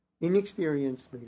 inexperienced